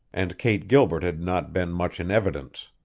and kate gilbert had not been much in evidence.